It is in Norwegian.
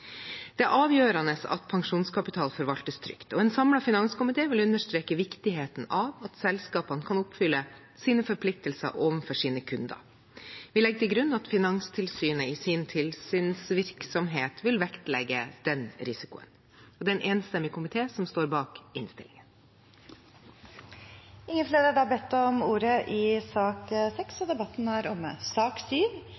Det er avgjørende at pensjonskapital forvaltes trygt. En samlet finanskomité vil understreke viktigheten av at selskapene kan oppfylle sine forpliktelser overfor sine kunder. Vi legger til grunn at Finanstilsynet i sin tilsynsvirksomhet vil vektlegge den risikoen. Det er en enstemmig komité som står bak innstillingen. Flere har ikke bedt om ordet til sak